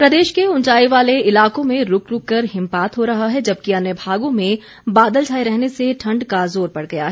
प्रदेश के उंचाई वाले इलाकों में रूक रूक कर हिमपात हो रहा है जबकि अन्य भागों में बादल छाए रहने से ठण्ड का जोर बढ़ गया है